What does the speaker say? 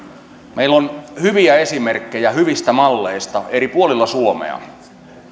meillä on hyviä esimerkkejä hyvistä malleista eri puolilla suomea mutta